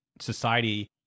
society